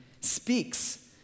speaks